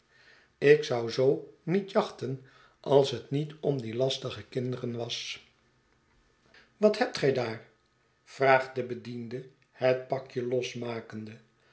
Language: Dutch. ik zou zoo niet jachten als het niet om die jastige kinderen was wat hebt gij daar vraagt de bediende het pakje losmakende